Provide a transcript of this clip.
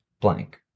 blank